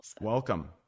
Welcome